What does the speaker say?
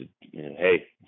hey